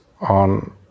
on